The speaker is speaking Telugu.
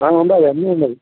ఉన్నాయి అన్నీ ఉన్నాయి